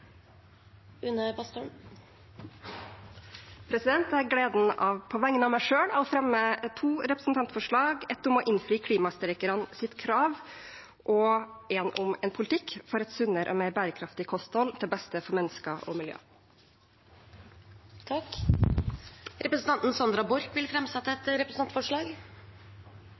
gleden av på vegne av meg selv å fremme to representantforslag – et om å innfri klimastreikernes krav og et om en politikk for et sunnere og mer bærekraftig kosthold til beste for mennesker og miljø. Representanten Sandra Borch vil framsette et representantforslag.